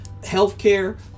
healthcare